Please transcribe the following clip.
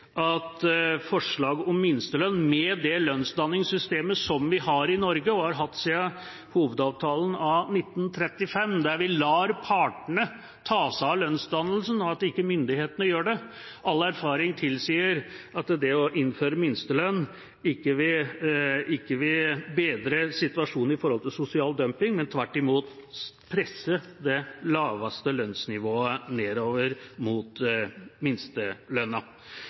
at å innføre minstelønn – med det lønnsdanningssystemet som vi har i Norge, og har hatt siden hovedavtalen av 1935, der vi lar partene ta seg av lønnsdannelsen, og at ikke myndighetene gjør det – ikke vil bedre situasjonen med hensyn til sosial dumping, men tvert imot presse det laveste lønnsnivået nedover mot